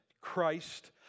Christ